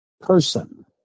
person